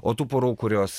o tų porų kurios